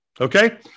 Okay